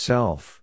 Self